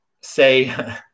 say